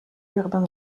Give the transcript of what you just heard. urbain